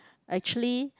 actually